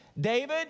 David